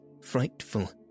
frightful